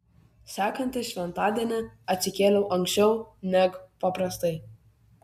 sekantį šventadienį atsikėliau anksčiau neg paprastai